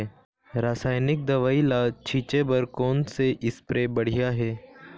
रासायनिक दवई ला छिचे बर कोन से स्प्रे बढ़िया हे?